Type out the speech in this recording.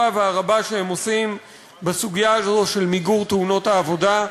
והרבה שהם עושים בסוגיה הזו של מיגור תאונות העבודה.